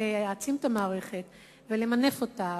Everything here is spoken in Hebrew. במקום עכשיו להעצים את המערכת ולמנף אותה,